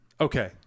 Okay